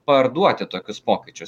parduoti tokius pokyčius